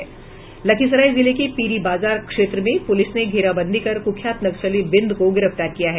लखीसराय जिले के पीरी बाजार क्षेत्र में पुलिस ने घेराबंदी कर कुख्यात नक्सली बिंद को गिरफ्तार किया है